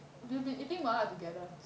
we've been eating mala together